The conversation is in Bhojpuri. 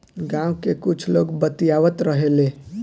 गाँव के कुछ लोग बतियावत रहेलो